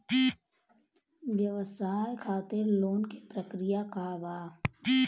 व्यवसाय खातीर लोन के प्रक्रिया का बा?